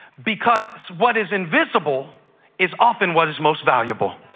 because what is invisible is often what is most valuable.